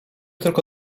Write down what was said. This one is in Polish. tylko